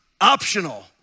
optional